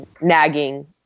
nagging